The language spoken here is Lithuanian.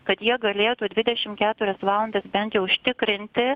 kad jie galėtų dvidešim keturias valandas bent jau užtikrinti